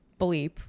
bleep